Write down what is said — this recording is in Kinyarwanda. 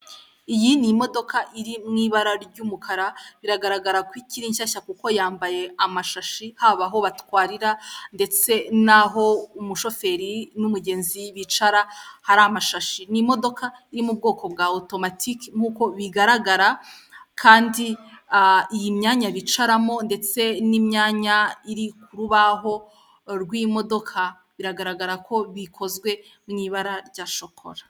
Iyi ni imodoka iri mu ibara ry'umukara biragaragara ko ikiri nshyashya kuko yambaye amashashi haba aho batwarira ndetse naho umushoferi n'umugenzi bicara hari amashashi ni imodoka iri mu bwoko bwa automatic nkuko bigaragara kandi iyi myanya bicaramo ndetse n'imyanya iri ku rubaho rw'iyi modoka biragaragara ko bikozwe mu ibara rya chocolat.